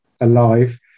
alive